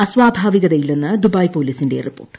അസ്വാഭാവികതയില്ലെന്ന് Dubai പോലീസിന്റെ report